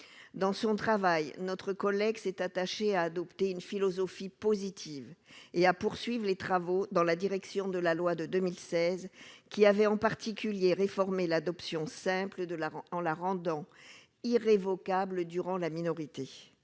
dans son travail, notre collègue s'est attaché à adopter une philosophie positive et à poursuivent les travaux dans la direction de la loi de 2016 qui avait, en particulier réformer l'adoption simple de l'art en la rendant irrévocable durant la minorité